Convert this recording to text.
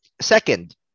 Second